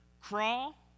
crawl